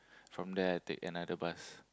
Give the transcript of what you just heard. from there I take another bus